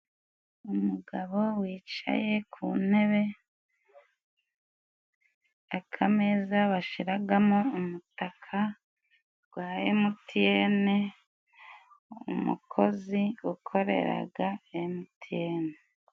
Umugabo wicaye ku ntebe, akameza bashiragamo umutaka gwa emutiyene, umukozi ukoreraga emutiyeni.